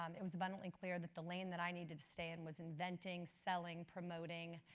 um it was abundantly clear that the lane that i needed to stay in was inventing, selling, promoting.